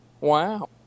Wow